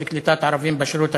בנושא קליטת ערבים בשירות הציבורי.